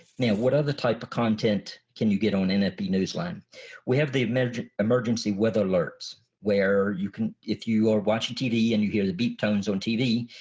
now what other type of content can you get on and nfb-newsline? we have the american emergency weather alerts where you can, if you are watching tv and you hear the beep tones on tv,